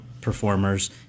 performers